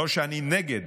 לא שאני נגד